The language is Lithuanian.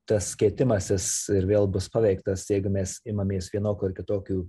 tas keitimasis ir vėl bus paveiktas jeigu mes imamės vienokių ar kitokių